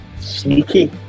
sneaky